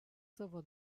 savo